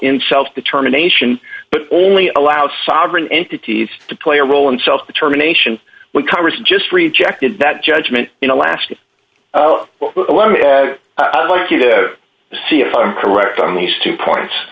in self determination but only allow sovereign entities to play a role in self determination when congress just rejected that judgment in alaska let me ask you to see if i'm correct on these two points